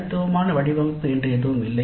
தனித்துவமான வடிவமைப்பு என்று எதுவும் இல்லை